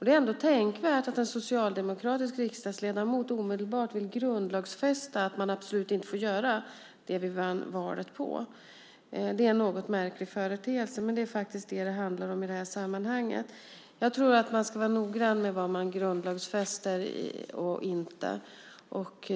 Det är ändå tänkvärt att en socialdemokratisk riksdagsledamot omedelbart vill grundlagsfästa att man absolut inte får göra det vi vann valet på. Det är en något märklig företeelse, men det är vad det handlar om i det här sammanhanget. Jag tror att man ska vara noggrann med vad man grundlagsfäster och inte.